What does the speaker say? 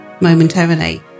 momentarily